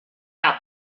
out